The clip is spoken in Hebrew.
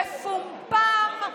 מפומפם,